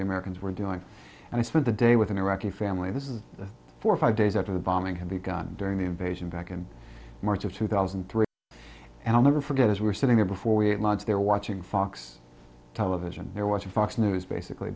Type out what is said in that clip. the americans were doing and i spent the day with an iraqi family this is the four or five days after the bombing had begun during the invasion back in march of two thousand and three and i'll never forget as we're sitting there before we had lunch there watching fox television there watching fox news basically